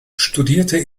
studierte